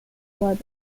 cuadros